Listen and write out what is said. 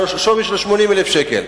שווי של 80,000 שקל.